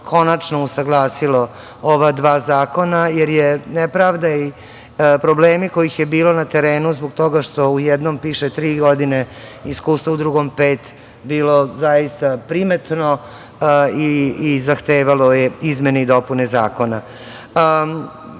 konačno usaglasilo ova dva zakona, jer je nepravda i problemi kojih je bilo na terenu zbog toga što u jednom piše tri godine iskustva, u drugom pet, bilo zaista primetno i zahtevalo je izmene i dopune zakona. Mi